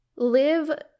live